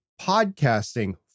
podcasting